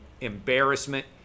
embarrassment